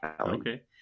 Okay